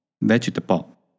Vegetable